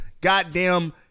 goddamn